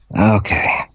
Okay